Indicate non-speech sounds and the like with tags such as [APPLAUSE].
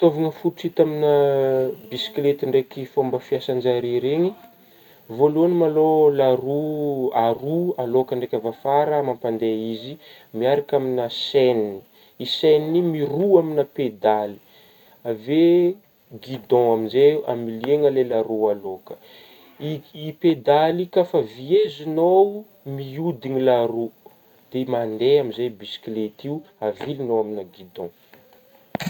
Fitaovagna fototry hita aminah [HESITATION] bisikileta ndraiky fômba fiasan-zare regny ,voalohagny ma aloha [HESITATION] laroa [HESITATION] aroa aloha ndraiky avy eo afara mampandeha izy miaraka aminah chaine, io chaine io miroha aminah pedaly avy eo gidon amin'izey hamiliagna ilay laroa aloha ka ,i-i-pedaly io ka efa vohezognao miodigna laroa dia mandeha amin'zey bisikileta io avilignao aminah gidon.